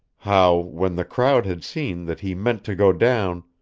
how, when the crowd had seen that he meant to go down,